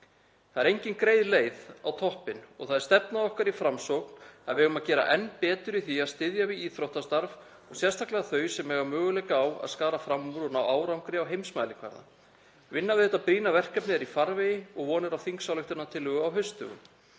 Það er engin greið leið á toppinn og það er stefna okkar í Framsókn að við eigum að gera enn betur í því að styðja við íþróttastarf og sérstaklega þau sem eiga möguleika á að skara fram úr og ná árangri á heimsmælikvarða. Vinna við þetta brýna verkefni er í farvegi og von er á þingsályktunartillögu á haustdögum.